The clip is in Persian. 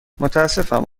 متاسفم